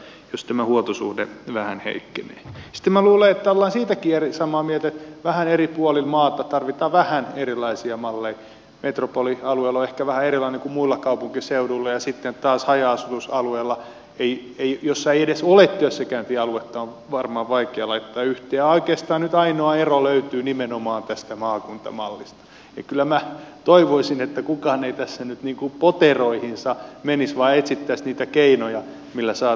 jos tämä huoltosuhde vähän heikki stemma luulee että vuosilta kierit samaa mieltä vähän eri puolille maata tarvitaan vähän erilaisia malleja metropoliitta leo lahti vähän erilainen ku mulla kaupunkiseudulle ja sitten taas haja asutusalueella riitti jossa edes ole työssäkäyntialuetta varmaan vaikea laittaa yhtiö on kestänyt ainoa ero löytyy nimenomaan tästä maakuntamallista ja kyllä mä toivoisin että kukaan ei tässä nyt niinku poteroihinsa menisi vain sitä mitä keinoja millä saa